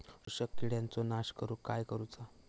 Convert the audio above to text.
शोषक किडींचो नाश करूक काय करुचा?